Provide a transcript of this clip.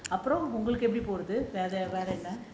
அப்புறம் உங்களுக்கு எப்படி போகுது வேற என்ன:appuram eppadi poguthu vera enna